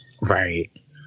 Right